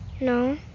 No